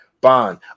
bond